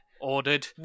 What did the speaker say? Ordered